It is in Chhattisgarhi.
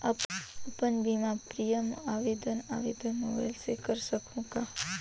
अपन बीमा प्रीमियम आवेदन आवेदन मोबाइल से कर सकहुं का?